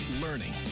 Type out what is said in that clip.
learning